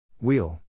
Wheel